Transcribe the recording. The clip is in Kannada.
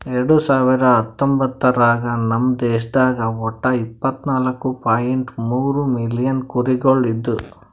ಎರಡು ಸಾವಿರ ಹತ್ತೊಂಬತ್ತರಾಗ ನಮ್ ದೇಶದಾಗ್ ಒಟ್ಟ ಇಪ್ಪತ್ನಾಲು ಪಾಯಿಂಟ್ ಮೂರ್ ಮಿಲಿಯನ್ ಕುರಿಗೊಳ್ ಇದ್ದು